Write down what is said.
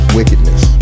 wickedness